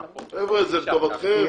חבר'ה, זה לטובתכם.